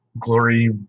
glory